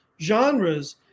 genres